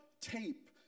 tape